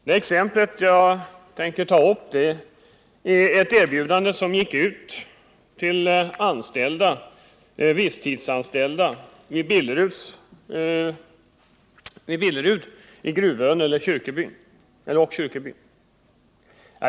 Det exempel som jag tänker ta upp är en inbjudan som gick ut till visstidsanställda hos Billeruds i Gruvön eller Kyrkebyn.